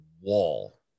wall